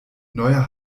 neuer